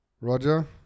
Roger